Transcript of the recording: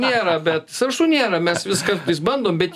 nėra bet sąrašų nėra mes vis kartais bandom bet